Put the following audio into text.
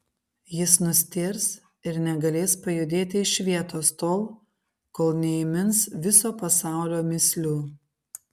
jis nustėrs ir negalės pajudėti iš vietos tol kol neįmins viso pasaulio mįslių